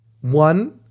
One